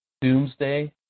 Doomsday